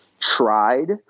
Tried